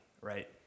right